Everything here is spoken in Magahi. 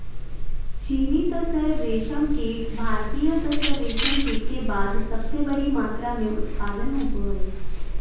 चीनी तसर रेशमकीट भारतीय तसर रेशमकीट के बाद सबसे बड़ी मात्रा मे उत्पादन होबो हइ